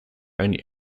only